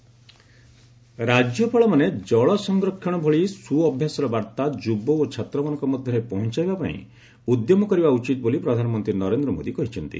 PM governors conference ରାଜ୍ୟପାଳମାନେ ଜଳସଂରକ୍ଷଣ ଭଳି ସୁଅଭ୍ୟାସର ବାର୍ତ୍ତା ଯୁବ ଓ ଛାତ୍ରମାନଙ୍କ ମଧ୍ୟରେ ପହଞ୍ଚାଇବା ପାଇଁ ଉଦ୍ୟମ କରିବା ଉଚିତ ବୋଲି ପ୍ରଧାନମନ୍ତ୍ରୀ ନରେନ୍ଦ୍ର ମୋଦି କହିଛନ୍ତି